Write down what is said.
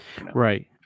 Right